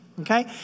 Okay